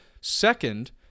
Second